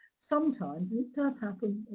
sometimes, and it does happen,